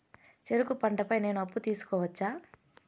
చెరుకు పంట పై నేను అప్పు తీసుకోవచ్చా?